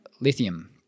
lithium